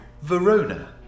Verona